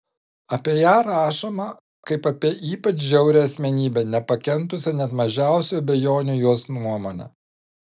apie ją rašoma kaip apie ypač žiaurią asmenybę nepakentusią net mažiausių abejonių jos nuomone